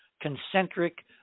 concentric